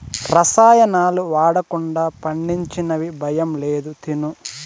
రసాయనాలు వాడకుండా పండించినవి భయం లేదు తిను